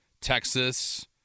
Texas